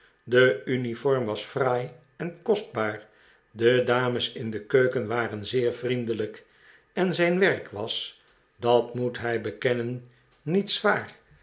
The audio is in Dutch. de uniform was fraai en kostbaar de dames in de keuken waren zeer vriendelijk en zijn werk was dat moest hij bekennen niet zwaar